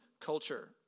culture